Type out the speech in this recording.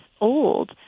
old